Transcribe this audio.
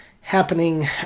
happening